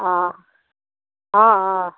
অ অ অ